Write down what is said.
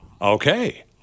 Okay